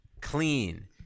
clean